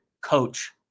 coach